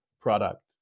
product